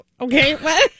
okay